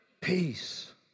Peace